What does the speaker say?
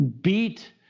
beat